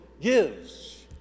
gives